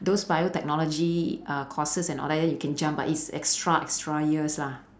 those biotechnology uh courses and all that then you can jump but it's extra extra years lah